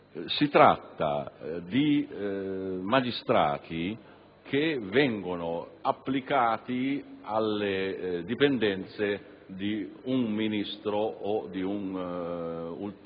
Si tratta di magistrati che vengono applicati alle dipendenze di un Ministro o di un diverso